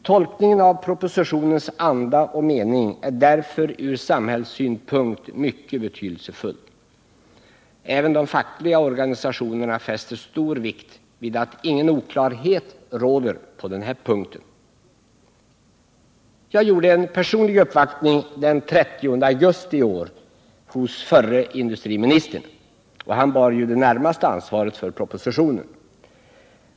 Tolkningen av propositionens anda och mening är därför från samhällssynpunkt mycket betydelsefull. Även de fackliga organisationerna fäster stor vikt vid att ingen oklarhet råder på denna punkt. Jag gjorde en personlig uppvaktning hos förre industriministern den 30 augusti i år. Han bar ju det närmaste ansvaret för propositionen.